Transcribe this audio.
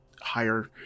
higher